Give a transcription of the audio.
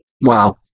Wow